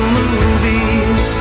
movies